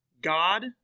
God